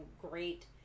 great